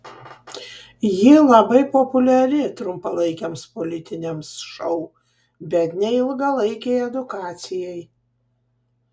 ji labai populiari trumpalaikiams politiniams šou bet ne ilgalaikei edukacijai